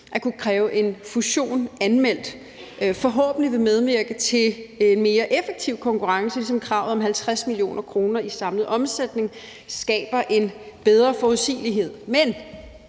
at kunne kræve en fusion anmeldt forhåbentlig vil medvirke til mere effektiv konkurrence, ligesom kravet om 50 mio. kr. i samlet omsætning skaber en bedre forudsigelighed. Men